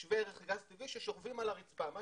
שזה שווה ערך לגז טבעי ששוכב על הרצפה.